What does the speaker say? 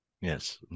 Yes